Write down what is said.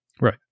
Right